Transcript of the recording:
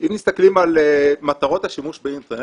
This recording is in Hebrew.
אם מסתכלים על מטרות השימוש באינטרנט